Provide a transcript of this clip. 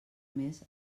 més